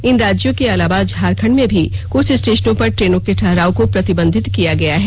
इन राज्यों के अलावा झारखंड में भी कुछ स्टेशनों पर ट्रनों के ठहराव को प्रतिबंधित किया गया है